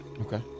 okay